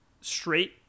straight